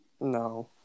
No